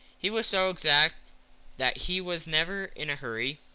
he was so exact that he was never in a hurry,